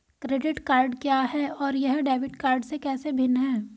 Credit card क्या है और यह डेबिट कार्ड से कैसे भिन्न है?